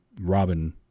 Robin